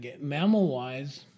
Mammal-wise